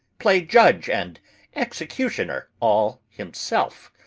play judge and executioner all himself,